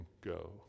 go